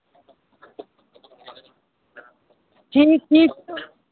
ठीक ठीक तो